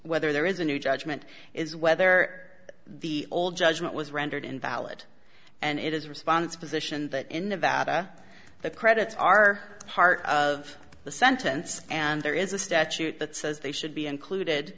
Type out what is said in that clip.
whether there is a new judgment is whether the old judgment was rendered invalid and it is a response position that in nevada the credits are part of the sentence and there is a statute that says they should be included